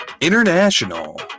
International